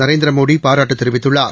நரேந்திரமோடி பாராட்டு தெரிவித்துள்ளார்